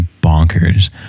bonkers